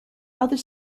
other